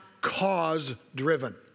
cause-driven